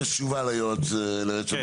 בנתיים יש תשובה ליועץ המשפטי.